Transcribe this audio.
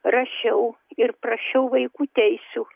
rašiau ir prašiau vaikų teisių